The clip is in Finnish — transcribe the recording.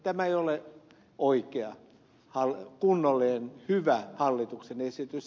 tämä ei ole oikea kunnollinen hyvä hallituksen esitys